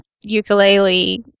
ukulele